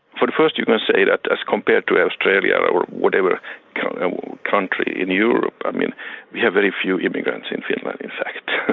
for the first you can say that as compared to australia, or whatever country in europe, ah we have very few immigrants in finland in fact.